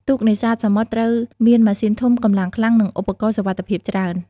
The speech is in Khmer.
ទូកនេសាទសមុទ្រត្រូវមានម៉ាស៊ីនធំ កម្លាំងខ្លាំង និងឧបករណ៍សុវត្ថិភាពច្រើន។